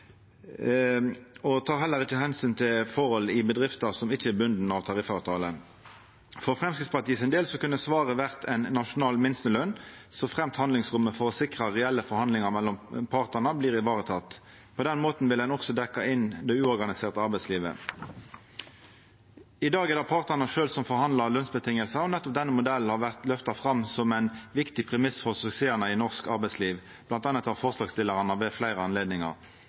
og tek heller ikkje omsyn til forhold i bedrifter som ikkje er bundne av tariffavtalen. For Framstegspartiets del kunne svaret ha vore ei nasjonal minsteløn såframt handlingsrommet for å sikra reelle forhandlingar mellom partane blir vareteke. På den måten vil ein også dekkja inn det uorganiserte arbeidslivet. I dag er det partane sjølv som forhandlar lønsvilkåra, og nettopp denne modellen har vorte løfta fram som ein viktig premiss for suksessane i norsk arbeidsliv, bl.a. av forslagsstillarane ved fleire